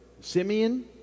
Simeon